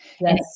Yes